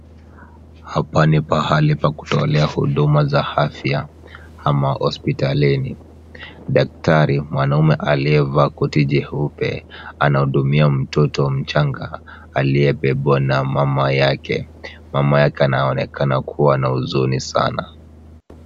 Hapa ni pahali pa kutolea huduma za afya ama hospitalini. Daktari mwanaume aliyevaa koti jeupe, anahudumia mtoto mchanga aliyebebwa na mama yake. Mama yake anaonekana kuwa na huzuni sana.